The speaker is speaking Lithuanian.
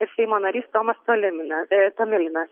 ir seimo narys tomas tolimin tomilinas